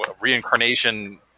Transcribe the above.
reincarnation